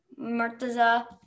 Murtaza